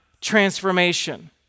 transformation